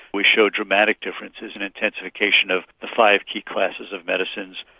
we showed dramatic differences in intensification of five key classes of medicines,